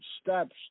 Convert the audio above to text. steps